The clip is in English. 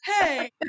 hey